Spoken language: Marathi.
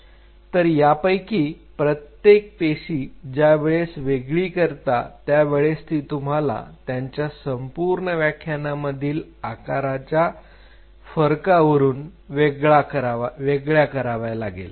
तर यापैकी प्रत्येक पेशी ज्यावेळेस वेगळी करता त्या वेळेस ती तुम्हाला त्यांच्या संपूर्ण संख्यांमधील आकाराच्या फरकावरून वेगळ्या करावा लागेल